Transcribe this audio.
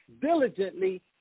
diligently